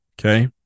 Okay